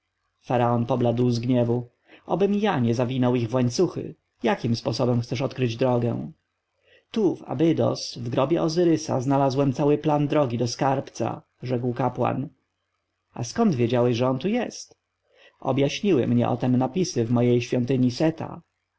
faraon pobladł z gniewu obym ja nie zawinął ich w łańcuchy jakim sposobem chcesz odkryć drogę tu w abydos w grobie ozyrysa znalazłem cały plan drogi do skarbca rzekł kapłan a skąd wiedziałeś że on tu jest objaśniły mnie o tem napisy w mojej świątyni